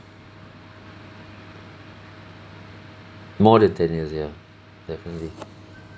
more than ten years ya definitely